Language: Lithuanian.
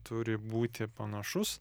turi būti panašus